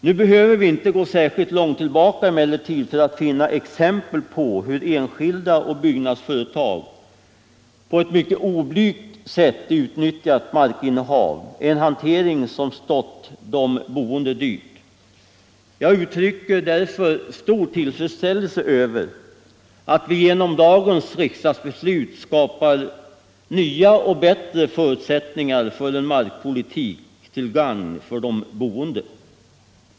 Nu behöver vi emellertid inte gå särskilt långt tillbaka i tiden för att finna exempel på hur enskilda och byggnadsföretag på ett mycket oblygt sätt utnyttjat markinnehav — en hantering som stått de boende dyrt. Jag uttrycker därför stor tillfredsställelse över att vi genom dagens riksdagsbeslut kommer att skapa nya och bättre förutsättningar för en markpolitik till gagn för de boende.